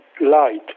light